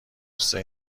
غصه